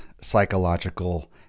psychological